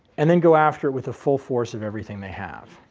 and then go after with a full force of everything they have.